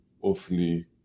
awfully